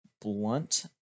blunt